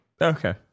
Okay